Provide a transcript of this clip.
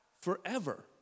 forever